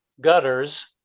gutters